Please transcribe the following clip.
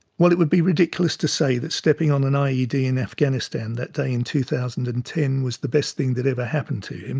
while it would be ridiculous to say that stepping on an ied in afghanistan that day in two thousand and ten was the best thing that ever happened to him,